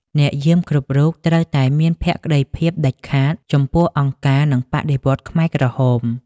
អ្នកយាមគ្រប់រូបត្រូវតែមានភក្តីភាពដាច់ខាតចំពោះអង្គការ និងបដិវត្តន៍ខ្មែរក្រហម។